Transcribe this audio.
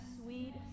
sweet